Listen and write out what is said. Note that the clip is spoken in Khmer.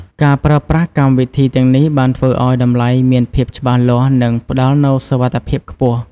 ការប្រើប្រាស់កម្មវិធីទាំងនេះបានធ្វើឱ្យតម្លៃមានភាពច្បាស់លាស់និងផ្តល់នូវសុវត្ថិភាពខ្ពស់។